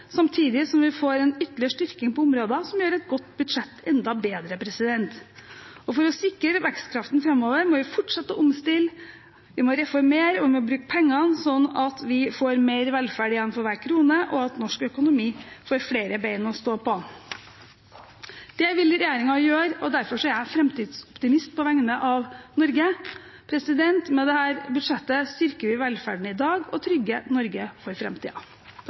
samtidig som vi får en ytterligere styrking på områder som gjør et godt budsjett enda bedre. For å sikre vekstkraften framover må vi fortsette å omstille, vi må reformere og bruke pengene sånn at vi får mer velferd igjen for hver krone, og at norsk økonomi får flere bein å stå på. Det vil regjeringen gjøre, og derfor er jeg framtidsoptimist på vegne av Norge. Med dette budsjettet styrker vi velferden i dag og trygger Norge for